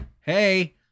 Hey